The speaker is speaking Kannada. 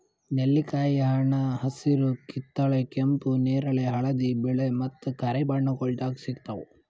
ನೆಲ್ಲಿಕಾಯಿ ಹಣ್ಣ ಹಸಿರು, ಕಿತ್ತಳೆ, ಕೆಂಪು, ನೇರಳೆ, ಹಳದಿ, ಬಿಳೆ ಮತ್ತ ಕರಿ ಬಣ್ಣಗೊಳ್ದಾಗ್ ಸಿಗ್ತಾವ್